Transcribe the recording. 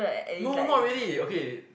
no not really okay